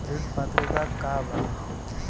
ऋण पात्रता का बा?